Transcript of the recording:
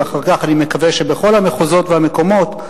ואחר כך אני מקווה שבכל המחוזות והמקומות,